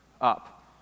up